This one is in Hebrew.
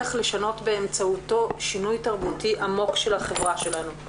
ונצליח לשנות באמצעותו שינוי תרבותי עמוק של החברה שלנו.